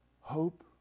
hope